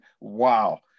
wow